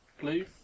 blue